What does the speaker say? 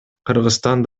кыргызстан